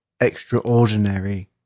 extraordinary